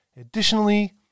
Additionally